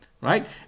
Right